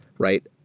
right?